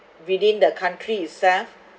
within the country itself